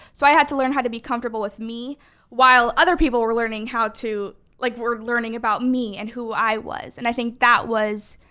so i had to learn how to be comfortable with me while other people were learning how to, like were learning about me and who i was and i think that was,